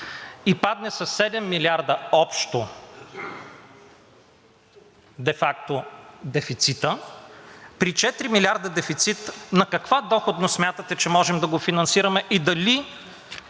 и падне със 7 милиарда общо де факто дефицитът, при 4 милиарда дефицит на каква доходност смятате, че можем да го финансираме и дали